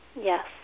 Yes